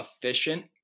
efficient